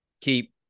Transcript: keep